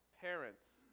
parents